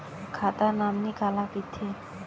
खाता नॉमिनी काला कइथे?